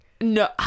No